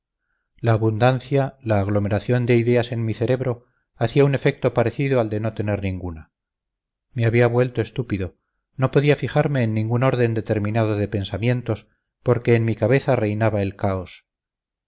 la abundancia la aglomeración de ideas en mi cerebro hacía un efecto parecido al de no tener ninguna me había vuelto estúpido no podía fijarme en ningún orden determinado de pensamientos porque en mi cabeza reinaba el caos